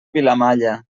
vilamalla